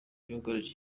byugarije